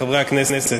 חברי הכנסת,